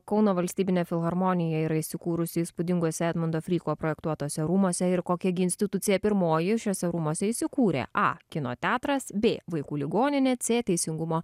kauno valstybinė filharmonija yra įsikūrusi įspūdinguose edmundo fryko projektuotuose rūmuose ir kokia gi institucija pirmoji šiuose rūmuose įsikūrė a kino teatras b vaikų ligoninė c teisingumo